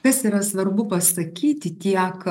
kas yra svarbu pasakyti tiek